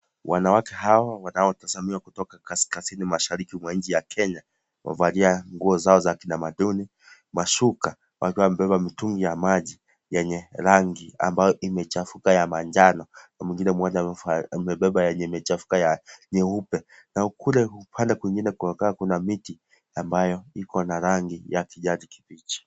Wanawake hawa wanaotazamiwa kutoka kaskazini mashariki mwa nchi ya Kenya, wamevalia nguo zao za kitamaduni mashuka wakiwa wamebeba mituni ya maji yenye rangi ambayo imechafuka ya manjano na mwingine mmoja amebeba yenye imechafuka ya nyeupe na kule pale kwingine kunakaa kuna miti ambayo iko na rangi ya kijani kibichi.